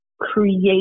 create